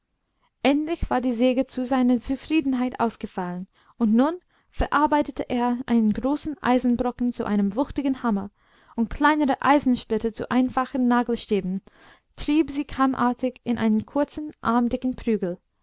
endlich war die säge zu seiner zufriedenheit ausgefallen und nun verarbeitete er einen großen eisenbrocken zu einem wuchtigen hammer und kleinere eisensplitter zu einfachen nagelstäben trieb sie kammartig in einen kurzen armdicken prügel